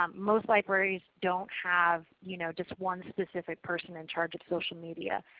um most libraries don't have you know just one specific person in charge of social media.